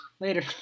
Later